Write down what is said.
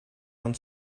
non